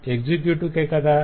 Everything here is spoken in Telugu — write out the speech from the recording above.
ఎక్సెక్యుటివ్ కే కదా